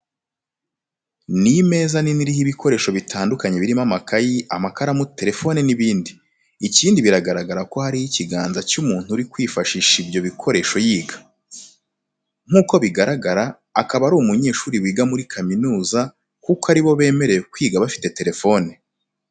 Ni imeza nini iriho ibikoresho bitandukanye birimo amakayi, amakaramu, terefone n'ibindi. Ikindi biragaragara ko hariho ikiganza cy'umuntu uri kwifashisha ibyo bikoresho yiga. Nk'uko bigaragara akaba ari umunyeshuri wiga muri kaminuza kuko ari bo bemererwa kwiga bafite terefone.